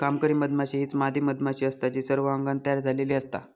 कामकरी मधमाशी हीच मादी मधमाशी असता जी सर्व अंगान तयार झालेली असता